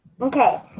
Okay